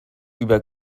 über